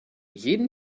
jedem